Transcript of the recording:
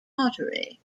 pottery